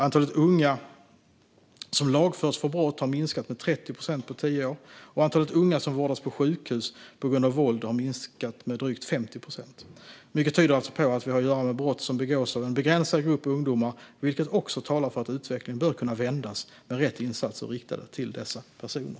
Antalet unga som lagförs för brott har minskat med 30 procent på tio år, och antalet unga som vårdas på sjukhus på grund av våld har minskat med drygt 50 procent. Mycket tyder alltså på att vi har att göra med brott som begås av en begränsad grupp ungdomar, vilket också talar för att utvecklingen bör kunna vändas med rätt insatser riktade till dessa personer.